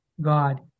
God